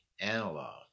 analog